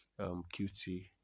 QT